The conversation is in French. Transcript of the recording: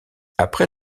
après